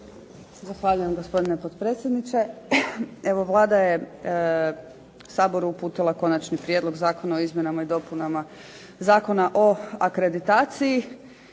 Zahvaljujem, gospodine potpredsjedniče. Evo Vlada je Saboru uputila Konačni prijedlog zakona o izmjenama i dopunama o akreditaciji